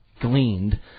gleaned